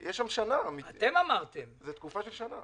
יש שם שנה, זאת תקופה של שנה.